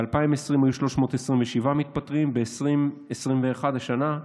ב-2020 היו 327 מתפטרים, ב-2021, השנה,